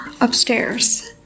upstairs